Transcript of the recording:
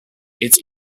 its